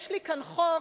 יש לי כאן חוק,